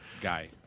guy